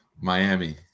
Miami